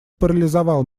парализовал